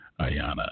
Ayana